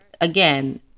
again